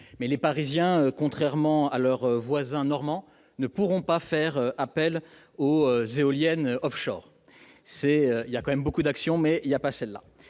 Mais les Parisiens, contrairement à leurs voisins normands, ne pourront pas faire appel aux éoliennes. Le plan compte beaucoup d'actions, mais pas celle-là